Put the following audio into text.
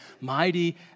mighty